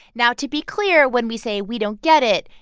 now, to be clear, when we say, we don't get it,